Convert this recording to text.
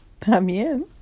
también